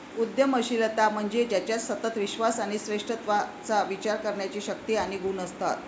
उद्यमशीलता म्हणजे ज्याच्यात सतत विश्वास आणि श्रेष्ठत्वाचा विचार करण्याची शक्ती आणि गुण असतात